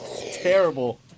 Terrible